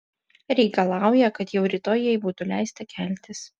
reikalauja kad jau rytoj jai būtų leista keltis